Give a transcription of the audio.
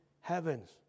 heavens